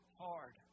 hard